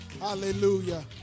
Hallelujah